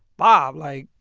bob, like,